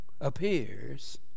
appears